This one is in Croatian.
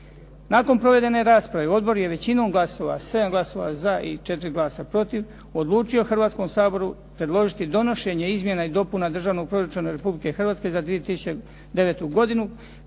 Nakon provedene rasprave Odbor je većinom glasova, 7 glasova za i 4 glasa protiv, odlučio Hrvatskom saboru predložiti donošenje izmjena i dopuna Državnog proračuna Republike Hrvatske za 2009. godinu,